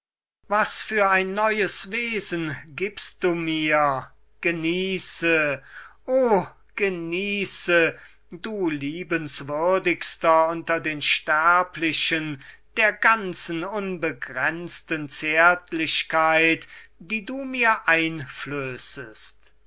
was für ein neues wesen gibst du mir genieße o genieße du liebenswürdigster unter den sterblichen der ganzen unbegrenzten zärtlichkeit die du mir einflößest